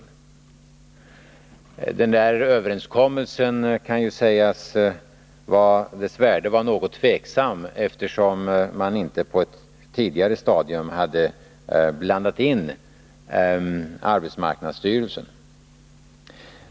Värdet av överenskommelsen kan sägas vara något tvivelaktigt, eftersom man inte på ett tidigt stadium hade blandat in arbetsmarknadsstyrelsen.